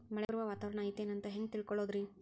ಮಳೆ ಬರುವ ವಾತಾವರಣ ಐತೇನು ಅಂತ ಹೆಂಗ್ ತಿಳುಕೊಳ್ಳೋದು ರಿ?